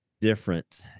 different